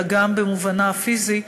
אלא גם במובנה הפיזי,